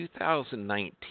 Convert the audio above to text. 2019